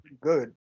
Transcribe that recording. good